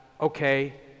okay